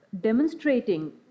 demonstrating